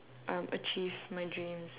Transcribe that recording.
um achieve my dreams